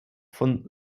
von